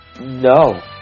no